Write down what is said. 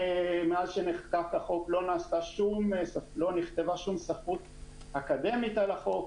מאז שנחקק החוק לא נכתבה שום ספרות אקדמית על החוק.